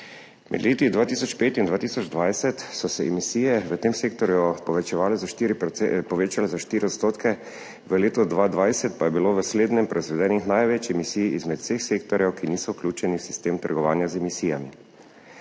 med leti 2005 in 2020 emisije v tem sektorju povečale za 4 %, v letu 2020 pa je bilo v slednjem proizvedenih največ emisij izmed vseh sektorjev, ki niso vključeni v sistem trgovanja z emisijami.